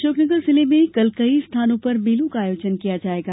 अशोकनगर जिले में कल कई स्थानों पर मेलों का आयोजन किया जायेगा